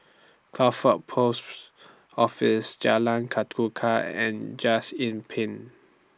Crawford Post Office Jalan Ketuka and Just Inn Pine